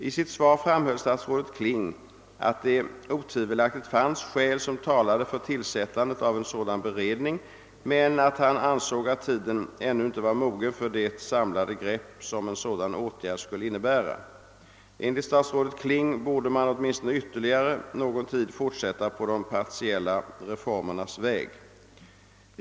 I sitt svar framhöll statsrådet Kling, att det otvivelaktigt fanns skäl som talade för tillsättandet av en sådan beredning men att han ansåg att tiden ännu inte var mogen för det samlade grepp som en sådan åtgärd skulle innebära. Enligt statsrådet Kling borde man åtminstone ytterligare någon tid fortsätta på de partiella reformernas väg.